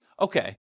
okay